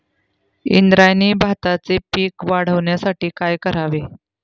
इंद्रायणी भाताचे पीक वाढण्यासाठी काय करावे?